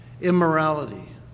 Immorality